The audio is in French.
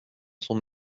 son